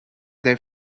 there